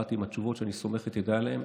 באתי עם התשובות שאני סומך את ידי עליהן.